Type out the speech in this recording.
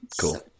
cool